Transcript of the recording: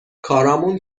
کارامون